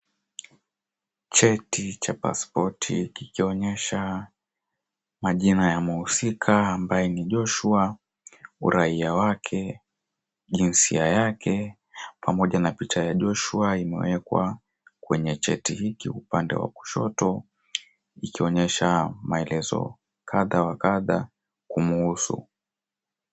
Cheti cha paspoti kikionyesha majina ya mhusika ambaye ni Joshua, uraiya wake, jinsia yake pamoja na picha ya Joshua imewekwa kwenye cheti hikyo upande wa kushoto ikionyesha maelezo kadha wa kadha kumhusu.